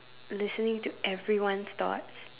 listening to everyone's thoughts